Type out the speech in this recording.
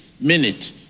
minute